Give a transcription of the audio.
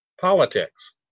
politics